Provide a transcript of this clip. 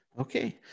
Okay